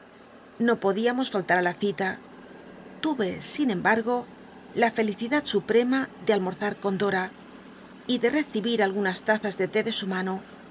no podíamos fallar á la cita tuve sin embargo la felicidad suprema de almorzar con dora y de recii tdnity flouse rspceie de consrjo mar